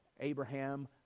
Abraham